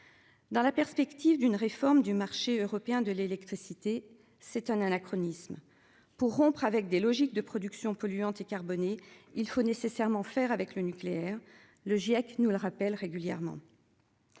Dans la perspective d'une réforme du marché européen de l'électricité c'est un anachronisme pour rompre avec des logiques de production polluante et carbonée. Il faut nécessairement faire avec le nucléaire. Le GIEC nous le rappelle régulièrement.